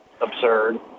absurd